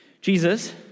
Jesus